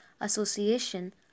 Association